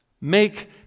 Make